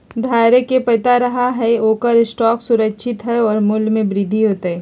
धारक के पता रहा हई की ओकर स्टॉक सुरक्षित हई और मूल्य में वृद्धि होतय